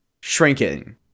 shrinking